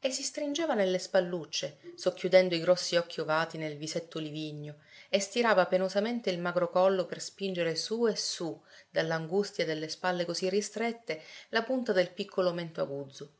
e si stringeva nelle spallucce socchiudendo i grossi occhi ovati nel visetto olivigno e stirava penosamente il magro collo per spingere su e su dall'angustia delle spalle così ristrette la punta del piccolo mento aguzzo